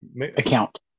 account